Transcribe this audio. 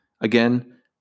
again